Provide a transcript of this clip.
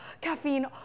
caffeine